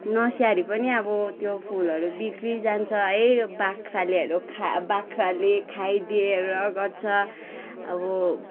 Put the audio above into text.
नस्याहारी पनि अब फुलहरू बिग्री जान्छ है बाख्रालेहरू बाख्राले खाइदिएर गर्छ अब